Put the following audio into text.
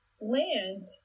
land